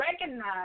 recognize